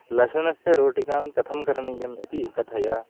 लशुनस्य रोटिकां कथं करणीयम् इति कथय